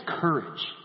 courage